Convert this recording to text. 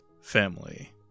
family